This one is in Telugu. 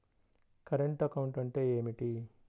కరెంటు అకౌంట్ అంటే ఏమిటి?